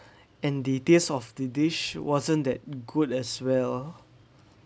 and details of the dish wasn't that good as well